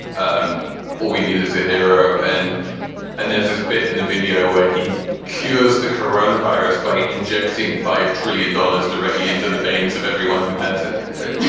um all we need is a hero. and then and there's this bit in the video where he cures the corona virus by injecting five trillion dollars directly into the veins of everyone who has it, which i.